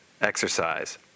exercise